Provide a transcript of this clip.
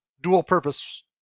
dual-purpose